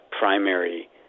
primary